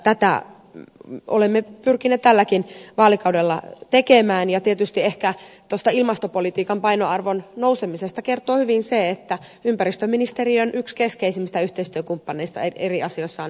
tätä olemme pyrkineet tälläkin vaalikaudella tekemään ja tietysti ehkä tuosta ilmastopolitiikan painoarvon nousemisesta kertoo hyvin se että ympäristöministeriön yksi keskeisimmistä yhteistyökumppaneista eri asioissa on nykyään tem